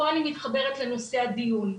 פה אני מתחברת לנושא הדיון.